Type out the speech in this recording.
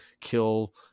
kill